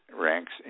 ranks